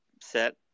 set